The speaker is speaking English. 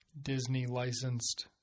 Disney-licensed